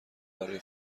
برای